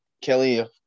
Kelly